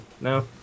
no